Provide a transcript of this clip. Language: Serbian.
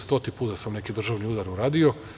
Stoti put da sam neki državni udar uradio.